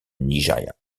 nigeria